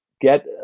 get